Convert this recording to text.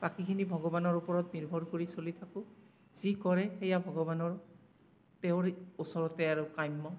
বাকীখিনি ভগৱানৰ ওপৰত নিৰ্ভৰ কৰি চলি থাকোঁ যি কৰে সেইয়া ভগৱানৰ তেওঁৰ ওচৰতে আৰু কাম্য